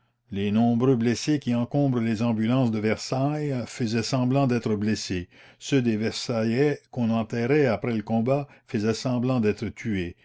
les nombreux blessés qui encombrent les ambulances de versailles faisaient semblant d'être blessés ceux des versaillais qu'on enterrait après le combat faisaient semblant d'être tués